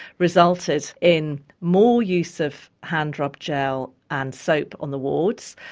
resulted in more use of hand-rub gel and soap on the wards,